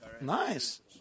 Nice